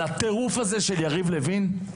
על הטירוף הזה של יריב לוין?